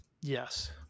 Yes